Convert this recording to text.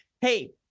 hey